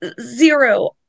zero